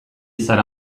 zara